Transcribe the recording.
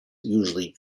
usually